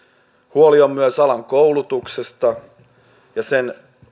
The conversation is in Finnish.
huoli on myös alan koulutuksesta ja sen